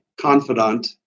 confidant